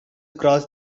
cross